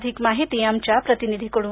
अधिक माहिती आमच्या प्रतिनिधीकडून